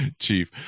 Chief